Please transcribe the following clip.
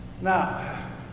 Now